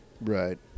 Right